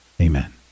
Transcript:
Amen